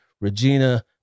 Regina